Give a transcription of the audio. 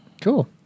Cool